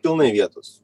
pilnai vietos